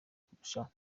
kurushaho